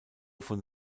von